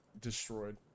destroyed